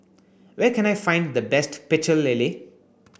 where can I find the best Pecel Lele